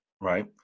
right